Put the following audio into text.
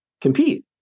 compete